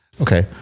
Okay